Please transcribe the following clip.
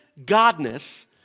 godness